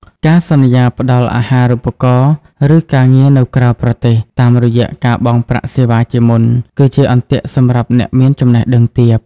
ការសន្យាផ្តល់ "អាហារូបករណ៍" ឬ "ការងារនៅក្រៅប្រទេស" តាមរយៈការបង់ប្រាក់សេវាជាមុន គឺជាអន្ទាក់សម្រាប់អ្នកមានចំណេះដឹងទាប។